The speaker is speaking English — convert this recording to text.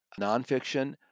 nonfiction